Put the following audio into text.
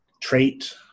trait